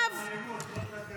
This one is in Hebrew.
הוא גינה את האלימות, לא את הטרור.